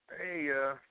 Hey